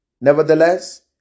Nevertheless